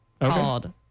called